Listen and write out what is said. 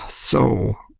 so.